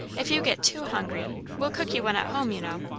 if you get too hungry, we'll cook you one at home, you know.